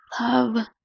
love